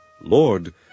Lord